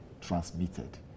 transmitted